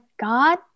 God